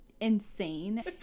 insane